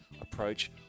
approach